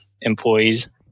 employees